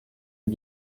eus